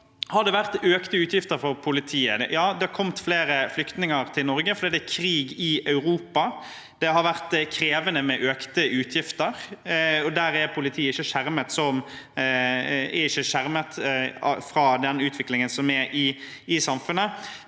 har vært økte utgifter for politiet. Det er kommet flere flyktninger til Norge fordi det er krig i Europa. Det har vært krevende med økte utgifter, og der er ikke politiet skjermet fra utviklingen i samfunnet.